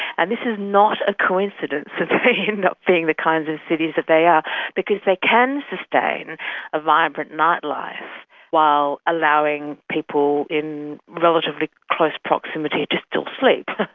and this is not a coincidence that they end up being the kinds of cities that they are because they can sustain a vibrant nightlife while allowing people in relatively close proximity to still sleep.